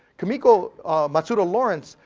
kimiko matsuda-lawrence,